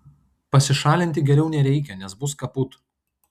pasišalinti geriau nereikia nes bus kaput